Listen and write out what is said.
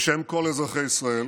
בשם כל אזרחי ישראל